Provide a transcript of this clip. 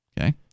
Okay